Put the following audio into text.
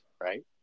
right